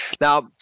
Now